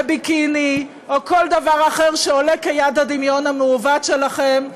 בביקיני או כל דבר אחר, כיד הדמיון המעוות שלכם.